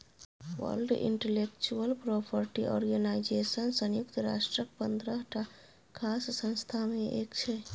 world intellectual property organisation संयुक्त राष्ट्रक पंद्रहटा खास संस्था मे एक छै